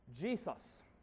Jesus